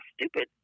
stupid